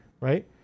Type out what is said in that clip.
right